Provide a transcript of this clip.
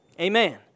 Amen